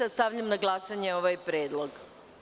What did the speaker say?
Stavljam na glasanje ovaj predlog.